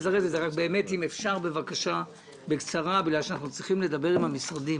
באמת אם אפשר בבקשה בקצרה בגלל שאנחנו צריכים לדבר עם המשרדים.